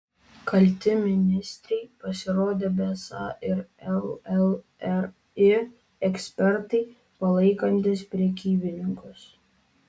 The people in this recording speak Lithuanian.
kalti ministrei pasirodė besą ir llri ekspertai palaikantys prekybininkus